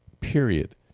period